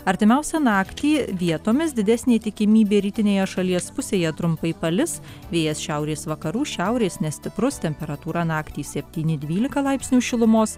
artimiausią naktį vietomis didesnė tikimybė rytinėje šalies pusėje trumpai palis vėjas šiaurės vakarų šiaurės nestiprus temperatūra naktį septyni dvylika laipsnių šilumos